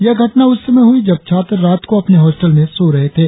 यह घटना उस समय हुई जब छात्र रात को अपने हॉस्टल में सो रहे थे